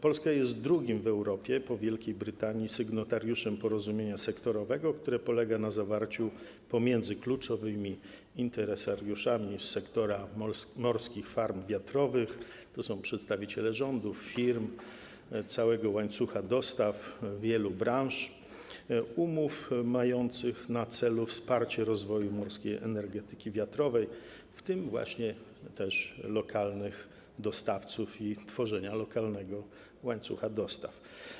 Polska jest drugim w Europie po Wielkiej Brytanii sygnatariuszem porozumienia sektorowego, które polega na zawarciu pomiędzy kluczowymi interesariuszami sektora morskich farm wiatrowych - to są przedstawiciele rządów, firm, całego łańcucha dostaw wielu branż - umów mających na celu wsparcie rozwoju morskiej energetyki wiatrowej, w tym lokalnych dostawców, i tworzenia lokalnego łańcucha dostaw.